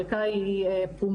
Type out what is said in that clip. חלקה היא פומבית,